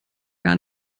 gar